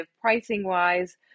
pricing-wise